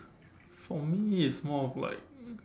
for me it's more of like